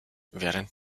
während